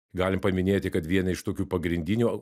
galim paminėti kad vieną iš tokių pagrindinių